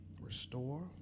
Restore